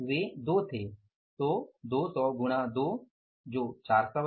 वे 2 थे तो 200 गुणा 2 जो 400 है